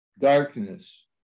darkness